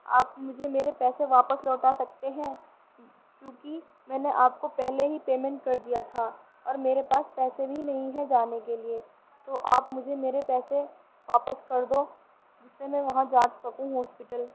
آپ مجھے میرے پیسے واپس لوٹا سکتے ہیں کیوں کہ میں نے آپ کو پہلے ہی پیمنٹ کر دیا تھا اور میرے پاس پیسے بھی نہیں ہیں جانے کے لیے تو آپ مجھے میرے پیسے واپس کر دو جس سے میں وہاں جا سکوں ہاسپٹل